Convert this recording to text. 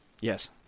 yes